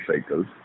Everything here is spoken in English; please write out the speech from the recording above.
Cycles